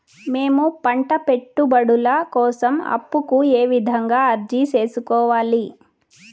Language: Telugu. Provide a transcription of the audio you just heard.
మేము పంట పెట్టుబడుల కోసం అప్పు కు ఏ విధంగా అర్జీ సేసుకోవాలి?